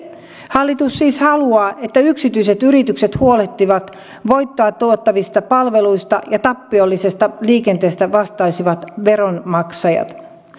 hallitus siis haluaa että yksityiset yritykset huolehtivat voittoa tuottavista palveluista ja tappiollisesta liikenteestä vastaisivat veronmaksajat